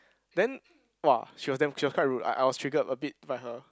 then !wah! she was damn she was quite rude I I was triggered a bit by her